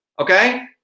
Okay